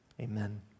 Amen